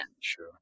Sure